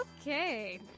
Okay